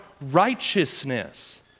righteousness